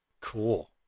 cool